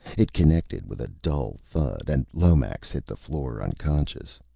it connected with a dull thud, and lomax hit the floor, unconscious.